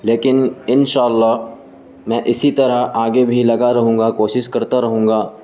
لیکن ان شاء اللہ میں اسی طرح آگے بھی لگا رہوں گا کوشش کرتا رہوں گا